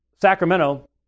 Sacramento